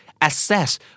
Assess